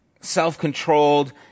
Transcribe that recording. self-controlled